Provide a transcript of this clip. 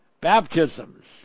baptisms